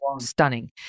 stunning